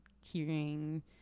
hearing